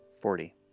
forty